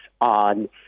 on